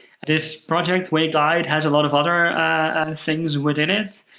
this project, wai-guide, has a lot of other things within it,